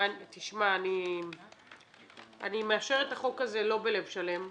אני מאשרת את החוק הזה לא בלב שלם.